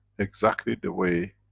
exactly the way